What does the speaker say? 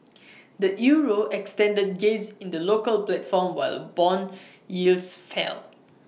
the euro extended gains in the local platform while Bond yields fell